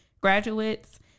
graduates